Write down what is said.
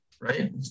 right